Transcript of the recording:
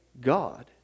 God